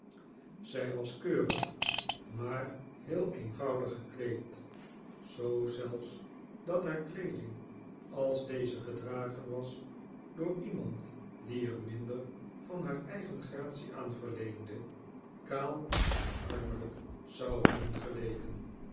zij was keurig maar heel eenvoudig gekleed zoo zelfs dat haar kleeding als deze gedragen was door iemand die er minder van haar eigen gratie aan verleende kaal en armelijk zou hebben geleken